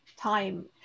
time